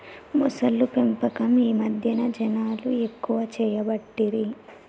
మొసళ్ల పెంపకం ఈ మధ్యన జనాలు ఎక్కువ చేయబట్టిరి